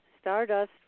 Stardust